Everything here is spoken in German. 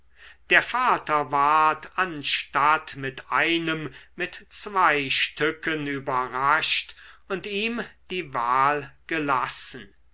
der vater ward anstatt mit einem mit zwei stücken überrascht und ihm die wahl gelassen